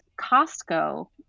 Costco